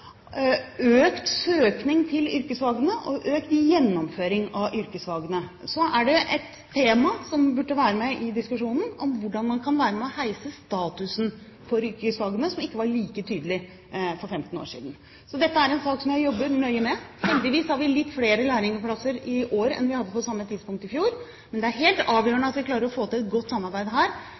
økt søking til yrkesfagene og økt gjennomføring av dem, er jo det et tema som burde være med i diskusjonen om hvordan man kan være med og heve statusen for yrkesfagene, noe som ikke var like tydelig for 15 år siden. Så dette er en sak som jeg jobber nøye med. Heldigvis har vi litt flere lærlingplasser i år enn vi hadde på samme tidspunkt i fjor. Men det er helt avgjørende at vi klarer å få til et godt samarbeid her,